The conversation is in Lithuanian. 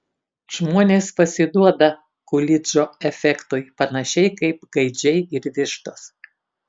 žmonės pasiduoda kulidžo efektui panašiai kaip gaidžiai ir vištos